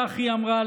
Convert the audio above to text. כך היא אמרה,